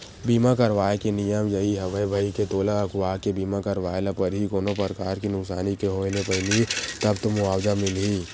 बीमा करवाय के नियम यही हवय भई के तोला अघुवाके बीमा करवाय ल परही कोनो परकार के नुकसानी के होय ले पहिली तब तो मुवाजा मिलही